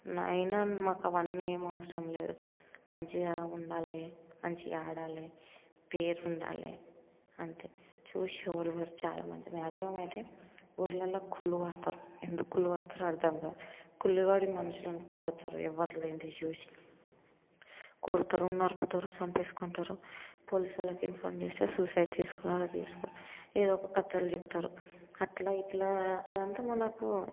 అయినా మాకు అవన్నీ ఏమీ అవసరం లేదు మంచిగా ఉండాలి మంచిగా ఆడాలి పేరు ఉండాలి అంతే చూసి చూడంగానే చాలామంది మ్యాగ్జిమం అయితే ఊర్లలో కుళ్ళు పడతారు ఎందుకు కుళ్ళుబడతారో అర్థం కాదు కుళ్ళు బడిన మనిషిని చూసి కొడతారు ఎవ్వరు లేనిది చూసి కొడుతారు నరుకుతారు చంపేసుకుంటారు పోలీసు వాళ్ళకి ఇంఫాం చేస్తారు సూసైడ్ చేసుకున్నారు అది చేసుకున్నారు అని ఏదో ఒక కథలు చెప్తారు అట్లా ఇట్లా అదంతా మనకు